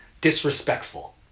disrespectful